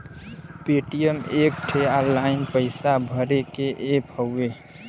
Paytm एक ठे online पइसा भरे के ऐप हउवे